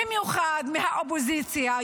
במיוחד מהאופוזיציה,